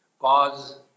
Cause